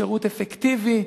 שירות אפקטיבי,